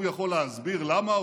הוא יכול להסביר למה?